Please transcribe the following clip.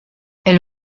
elle